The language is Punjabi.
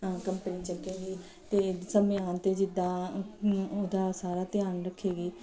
ਕੰਪਨੀ ਚੱਕੇਗੀ ਅਤੇ ਸਮੇਂ ਆਉਣ 'ਤੇ ਜਿੱਦਾਂ ਉਹਦਾ ਸਾਰਾ ਧਿਆਨ ਰੱਖੇਗੀ